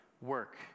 work